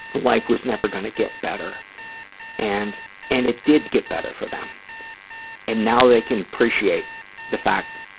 like was never going to get better and and it did get better for them and now they can appreciate the fact